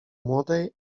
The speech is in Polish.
młodej